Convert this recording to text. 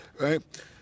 right